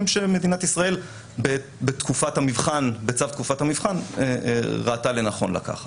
שמדינת ישראל בצו תקופת המבחן ראתה לנכון לקחת.